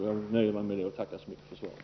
Jag nöjer mig med det och tackar så mycket för svaret.